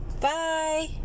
Bye